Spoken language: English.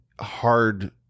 hard